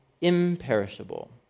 imperishable